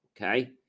Okay